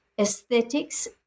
aesthetics